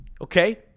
Okay